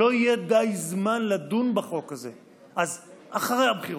לא יהיה די זמן לדון בחוק הזה, אז אחרי הבחירות.